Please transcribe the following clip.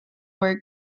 were